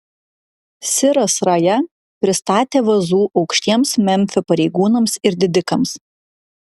siras raja pristatė vazų aukštiems memfio pareigūnams ir didikams